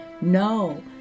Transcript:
No